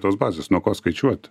tos bazės nuo ko skaičiuot